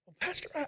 pastor